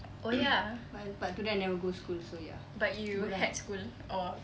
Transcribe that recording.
bu~ but today I never go school so ya good lah